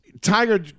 Tiger